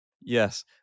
Yes